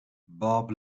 bob